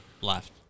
left